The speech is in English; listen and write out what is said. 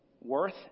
Worth